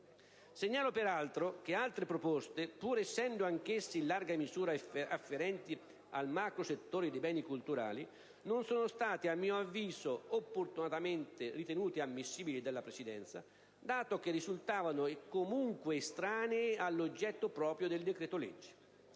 Segnalo peraltro che altre proposte, pur essendo anch'esse in larga misura afferenti al macrosettore dei beni culturali, non sono state - a mio avviso opportunamente - ritenute ammissibili dalla Presidenza, dato che risultavano comunque estranee all'oggetto proprio del decreto-legge.